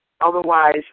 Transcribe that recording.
otherwise